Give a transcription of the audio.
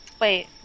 Wait